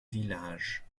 village